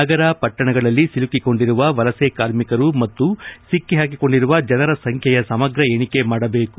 ನಗರ ಪಟ್ಟಣಗಳಲ್ಲಿ ಸಿಲುಕಿಕೊಂಡಿರುವ ವಲಸೆ ಕಾರ್ಮಿಕರು ಮತ್ತು ಸಿಕ್ಕಿಪಾಕಿಕೊಂಡಿರುವ ಜನರ ಸಂಖ್ಯೆಯ ಸಮಗ್ರ ಎಣಿಕೆ ಮಾಡಬೇಕು